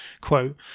quote